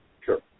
Sure